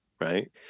right